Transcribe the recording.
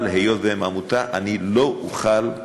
אבל היות שזו עמותה, אני לא אוכל,